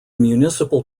municipal